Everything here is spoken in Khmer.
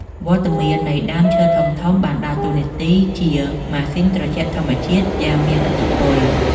វត្តមាននៃដើមឈើធំៗបានដើរតួនាទីជា ម៉ាស៊ីនត្រជាក់ធម្មជាតិ យ៉ាងមានឥទ្ធិពល។